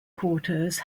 quarters